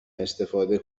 استفاده